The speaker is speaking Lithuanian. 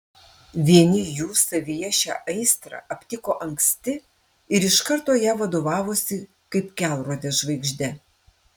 vieni jų savyje šią aistrą aptiko anksti ir iš karto ja vadovavosi kaip kelrode žvaigžde